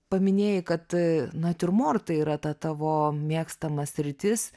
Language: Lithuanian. paminėjai kad a natiurmortai yra ta tavo mėgstama sritis